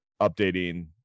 updating